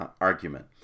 argument